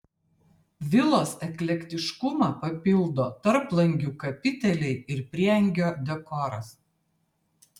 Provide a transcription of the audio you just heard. vilos eklektiškumą papildo tarplangių kapiteliai ir prieangio dekoras